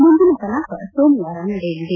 ಮುಂದಿನ ಕಲಾಪ ಸೋಮವಾರ ನಡೆಯಲಿದೆ